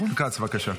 כץ, בבקשה.